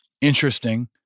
interesting